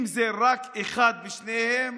אם זה רק אחד משניהם